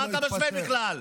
מה אתה משווה בכלל?